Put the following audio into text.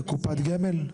לקופת גמל?